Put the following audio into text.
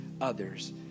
others